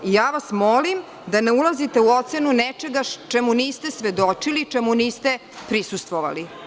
Molim vas da ne ulazite u ocenu nečega čega niste svedočili, čemu niste prisustvovali.